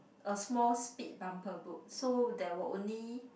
a small speed bumper boat so that were only